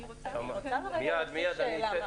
אני רוצה להעלות שאלה.